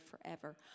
forever